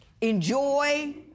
Enjoy